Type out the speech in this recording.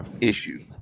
issue